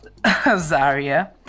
Zarya